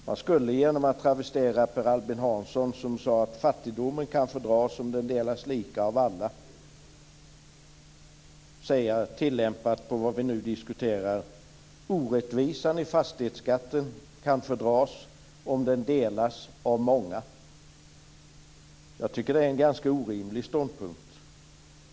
Jag skulle genom att travestera Per Albin Hansson, som sade att fattigdomen kan fördras om den delas lika av alla, i anslutning till vad vi nu diskuterar kunna säga att orättvisan i fastighetsskatten kan fördras om den delas av många. Jag tycker att det är en ganska orimlig ståndpunkt.